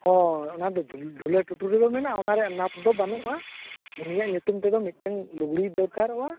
ᱦᱳᱭ ᱚᱱᱟᱫᱚ ᱰᱷᱩᱞᱟᱹ ᱴᱩᱴᱩᱨᱤᱵᱚ ᱢᱮᱱᱟ ᱚᱱᱟᱨᱮᱱᱟᱜ ᱢᱟᱯ ᱫᱚ ᱵᱟᱹᱱᱩᱜᱼᱟ ᱩᱱᱤᱭᱟᱜ ᱧᱩᱛᱩᱢ ᱛᱮᱫᱚ ᱢᱤᱫᱴᱮᱱ ᱞᱩᱜᱽᱲᱤ ᱫᱚᱨᱠᱟᱨᱚᱜᱼᱟ